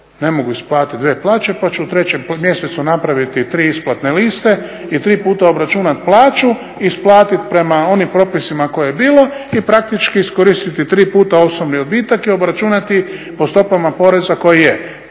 ne mogu isplatiti dvije plaće, pa ću u trećem mjesecu napraviti tri isplatne liste i tri puta obračunati plaću isplatiti prema onim propisima koje je bilo i praktički iskoristiti tri puta osobni odbitak i obračunati po stopama poreza koji je.